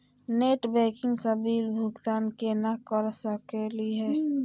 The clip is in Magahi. नेट बैंकिंग स बिल भुगतान केना कर सकली हे?